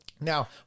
Now